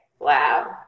wow